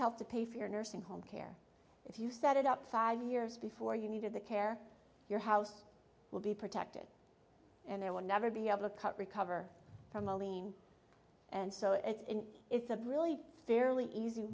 help to pay for your nursing home care if you set it up five years before you needed the care your house will be protected and there will never be able to cut recover from a lean and so it's in is the really fairly easy